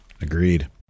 Agreed